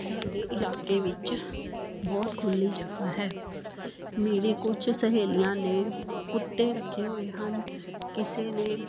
ਸਾਡੇ ਇਲਾਕੇ ਵਿੱਚ ਬਹੁਤ ਖੁੱਲੀ ਜਗ੍ਹਾ ਹੈ ਮੇਰੇ ਕੁਛ ਸਹੇਲੀਆਂ ਨੇ ਕੁੱਤੇ ਰੱਖੇ ਹੋਏ ਹਨ ਕਿਸੇ ਨੇ